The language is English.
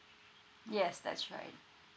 yes that's right